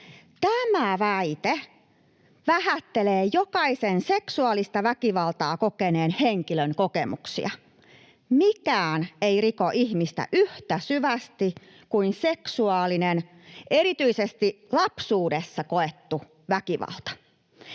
Tämä väite vähättelee jokaisen seksuaalista väkivaltaa kokeneen henkilön kokemuksia. Mikään ei riko ihmistä yhtä syvästi kuin seksuaalinen, erityisesti lapsuudessa koettu väkivalta.